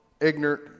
ignorant